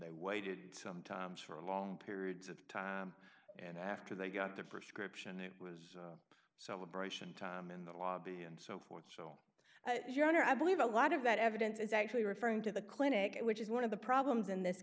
they waited sometimes for long periods of time and after they got the prescription it was celebration time in the lobby and so forth so your honor i believe a lot of that evidence is actually referring to the clinic which is one of the problems in this